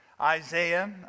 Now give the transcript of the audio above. Isaiah